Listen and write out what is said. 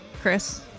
chris